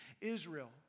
Israel